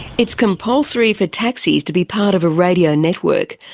it's compulsory for taxis to be part of a radio network.